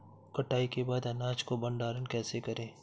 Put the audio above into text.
कटाई के बाद अनाज का भंडारण कैसे करें?